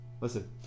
listen